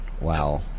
wow